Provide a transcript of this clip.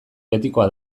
betikoa